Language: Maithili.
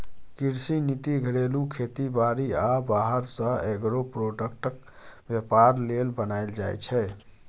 कृषि नीति घरेलू खेती बारी आ बाहर सँ एग्रो प्रोडक्टक बेपार लेल बनाएल जाइ छै